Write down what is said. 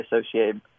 associated